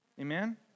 Amen